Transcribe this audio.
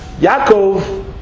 Yaakov